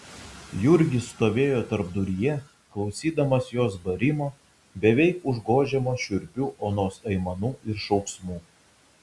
jurgis stovėjo tarpduryje klausydamas jos barimo beveik užgožiamo šiurpių onos aimanų ir šauksmų